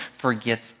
forgets